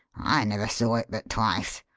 i never saw it but twice,